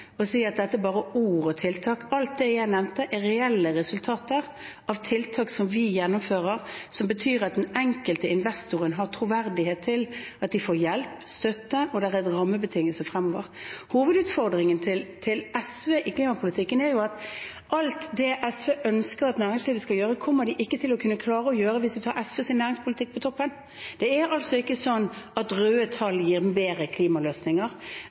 si at dette er bare ord og tiltak. Alt det jeg nevnte, er reelle resultater av tiltak som vi gjennomfører, som betyr at den enkelte investoren har troverdighet, at de får hjelp, støtte og rammebetingelser fremover. Hovedutfordringen til SV i klimapolitikken er at alt det SV ønsker at næringslivet skal gjøre, kommer de ikke til å kunne klare å gjøre hvis vi tar SVs næringspolitikk på toppen. Det er ikke sånn at røde tall gir bedre klimaløsninger.